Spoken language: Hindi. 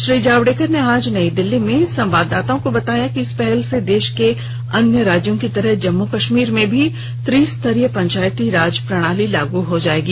श्री जावड़ेकर ने आज नई दिल्ली में संवाददाताओं को बताया कि इस पहल से देश के अन्य राज्यों की तरह जम्मू कश्मीर में भी त्रिस्तारीय पंचायती राज प्रणाली लागू हो जायेगी